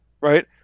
right